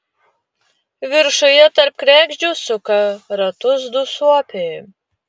viršuje tarp kregždžių suka ratus du suopiai